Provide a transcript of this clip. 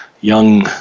Young